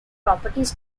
properties